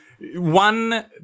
one